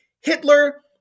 Hitler